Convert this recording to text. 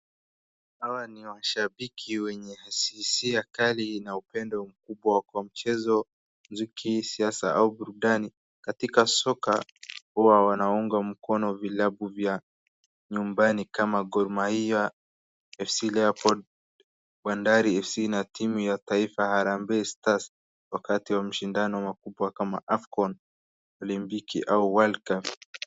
Hawa ni washabiki wenye hisia kali na upendo mkubwa kwa mchezo mziki siasa au burudani katika soka huwa wanaunga mkono vilabu vya nyumbani kama vile Gor mahia, FC Leopard, Bandari FC na ya taifa Harambee stars wakati wa mashindano makubwa kama AFCON Ulimpiki au Worl Cup.